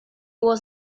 was